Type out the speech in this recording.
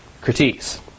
critiques